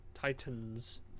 titan's